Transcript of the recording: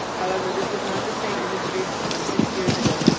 however, this is not the same industry from six years ago,